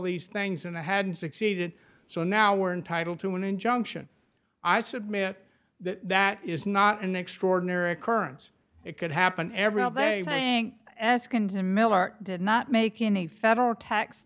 these things and i hadn't succeeded so now we're entitled to an injunction i submit that that is not an extraordinary occurrence it could happen every thing as kinda miller did not make any federal tax